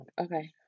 Okay